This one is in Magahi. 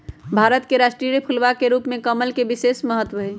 भारत के राष्ट्रीय फूलवा के रूप में कमल के विशेष महत्व हई